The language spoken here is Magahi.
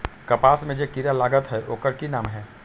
कपास में जे किरा लागत है ओकर कि नाम है?